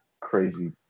crazy